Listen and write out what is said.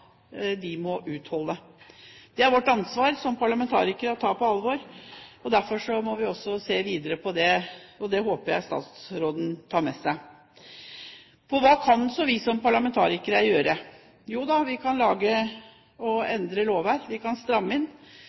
må utholde. Det er det vårt ansvar som parlamentarikere å ta på alvor, og derfor må vi se videre på det. Det håper jeg statsråden tar med seg. Hva kan så vi som parlamentarikere gjøre? Jo, vi kan lage og endre lovverk, vi kan stramme inn,